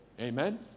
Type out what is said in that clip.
Amen